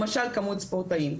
למשל כמות ספורטאים.